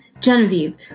Genevieve